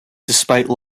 despite